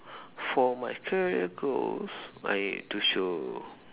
for my career goals I to show